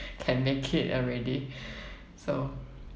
can make it already so